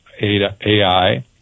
AI